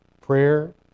Prayer